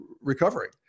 recovering